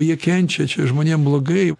jie kenčia čia žmonėm blogai